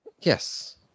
Yes